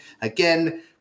Again